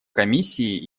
комиссии